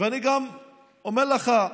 אני גם אומר לך,